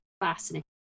fascinating